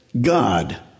God